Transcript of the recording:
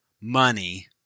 money